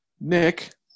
Nick